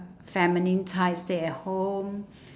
feminine type stay at home